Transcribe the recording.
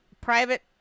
private